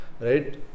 right